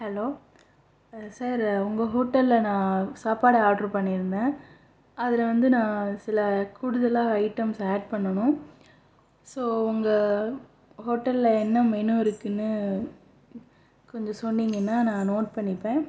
hello sir உங்கள் ஹோட்டலில் நான் சாப்பாடு ஆர்டர் பண்ணியிருந்தேன் அதில் வந்து நான் சில கூடுதலாக ஐட்டம்ஸ் ஆட் பண்ணணும் ஸோ உங்கள் ஹோட்டலில் என்ன மெனு இருக்குன்னு கொஞ்சம் சொன்னீங்கன்னா நான் நோட் பண்ணிப்பேன்